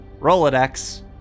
rolodex